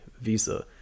visa